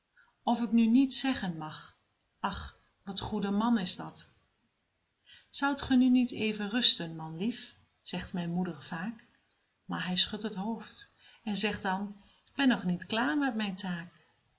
of ik nu niet zeggen mag och wat goede man is dat pieter louwerse alles zingt zoudt ge nu niet even rusten manlief zegt mijn moeder vaak maar hij schudt het hoofd en zegt dan k ben niet klaar nog met mijn taak